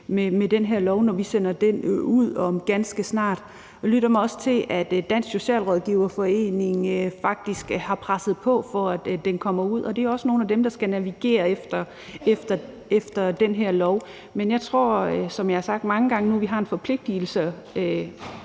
med den her lov, når vi sender den ud ganske snart. Jeg lytter mig også til, at Dansk Socialrådgiverforening faktisk har presset på for, at den kommer ud, og det er også nogle af dem, der skal navigere efter den her lov. Jeg tror, som jeg har sagt mange gange nu, at vi har en forpligtigelse